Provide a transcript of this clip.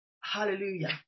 Hallelujah